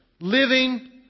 living